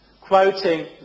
quoting